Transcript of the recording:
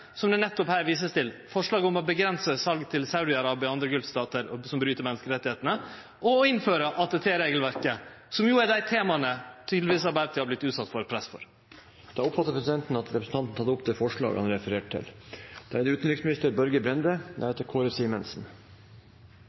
nettopp dei forslaga som det her vert vist til – forslaga om å avgrense sal til Saudi-Arabia og andre golfstatar som bryt menneskerettane, og om å innføre ATT-regelverket, som tydelegvis er dei temaa der Arbeidarpartiet har vorte utsett for press. Da oppfatter presidenten at representanten har tatt opp det forslaget han refererte.